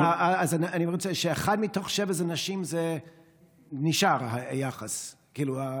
אז אישה אחת מתוך שבעה, היחס הזה נשאר?